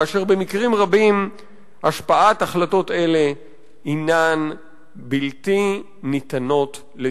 ואשר במקרים רבים השפעת החלטות אלה הינה בלתי ניתנת לתיקון".